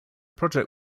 project